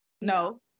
no